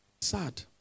Sad